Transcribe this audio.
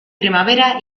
primavera